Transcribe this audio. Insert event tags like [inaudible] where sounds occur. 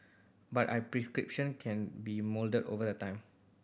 but I [unintelligible] can be moulded over the time